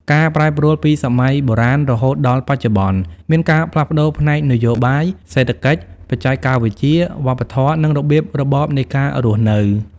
ការប្រែប្រួលពីសម័យបុរាណរហូតដល់បច្ចុប្បន្ន មានការផ្លាស់ប្តូរផ្នែកនយោបាយ សេដ្ឋកិច្ច បច្ចេកវិទ្យា វប្បធម៌ និងរបៀបរបបនៃការរស់នៅ។